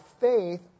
faith